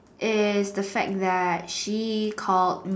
is the fact that she called